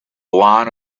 line